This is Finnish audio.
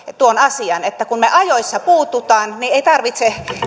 tuon asian että kun me ajoissa puutumme ei tarvitse